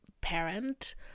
parent